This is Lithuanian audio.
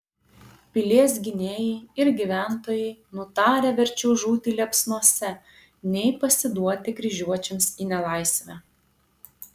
pilies gynėjai ir gyventojai nutarę verčiau žūti liepsnose nei pasiduoti kryžiuočiams į nelaisvę